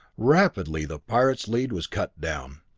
rapidly the pirate's lead was cut down.